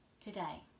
Today